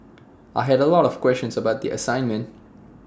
I had A lot of questions about the assignment